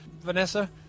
Vanessa